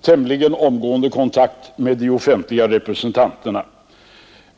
tämligen omgående kontakt med de offentliga representanterna.